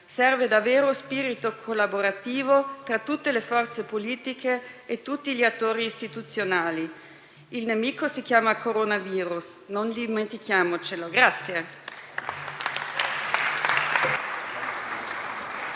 serve davvero spirito collaborativo tra tutte le forze politiche e tutti gli attori istituzionali. Il nemico si chiama coronavirus, non dimentichiamocelo.